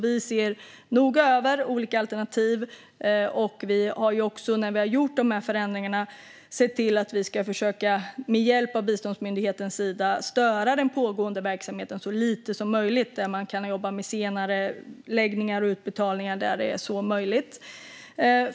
Vi ser noga över olika alternativ. När vi har gjort de här förändringarna har vi också, med hjälp av biståndsmyndigheten Sida, sett till att störa den pågående verksamheten så lite som möjligt. Man kan jobba med senareläggning och utbetalningar där så är möjligt.